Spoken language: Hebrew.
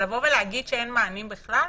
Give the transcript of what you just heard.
אבל לבוא ולהגיד שאין מענים בכלל?